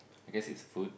I guess it's food